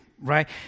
right